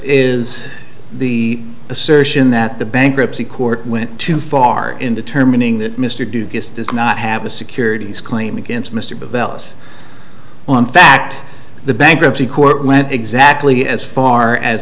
is the assertion that the bankruptcy court went too far in determining that mr duke is does not have a securities claim against mr bell's on fact the bankruptcy court went exactly as far as